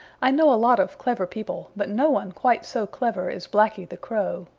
i know a lot of clever people, but no one quite so clever as blacky the crow.